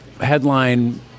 headline